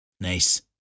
Nice